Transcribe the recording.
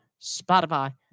Spotify